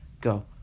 go